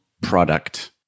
product